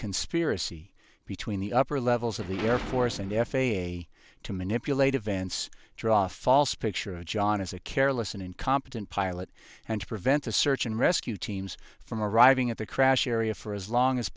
conspiracy between the upper levels of the air force and f a a to manipulate events draw false picture of john as a careless and incompetent pilot and to prevent the search and rescue teams from arriving at the crash area for as long as